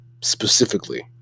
specifically